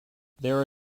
there